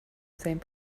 same